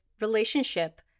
relationship